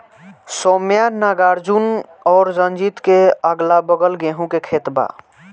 सौम्या नागार्जुन और रंजीत के अगलाबगल गेंहू के खेत बा